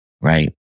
right